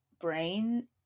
brain